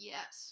Yes